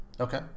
Okay